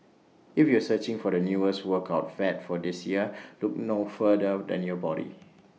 if you are searching for the newest workout fad for this year look no further than your body